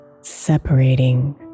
separating